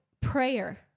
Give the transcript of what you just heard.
prayer